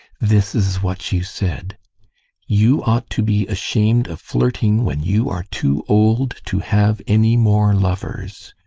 this is what you said you ought to be ashamed of flirting when you are too old to have any more lovers!